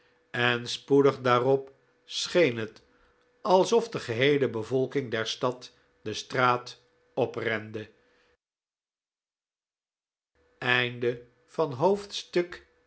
en spoedig daarop scheen het alsof de geheele bevolking der stad de straat oprende